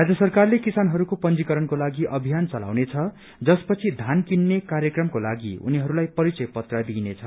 राज्य सरकारले किसानहरूको पंजीकरणको लागि अभियान चलाउनेछ जसपछि धान किन्ने कार्यक्रमको लागि उनीहरूलाई परिचय पत्र दिइनेछ